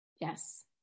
Yes